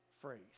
phrase